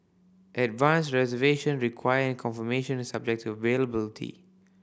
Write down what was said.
advance reservation required and confirmation is subject to availability